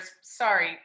sorry